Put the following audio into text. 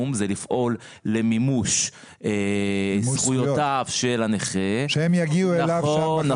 הן לפעול למימוש זכויותיו של הנכה --- שהם יגיעו אליו --- נכון.